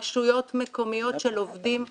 לרשויות מקומיות של עובדים סוציאליים.